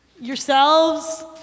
yourselves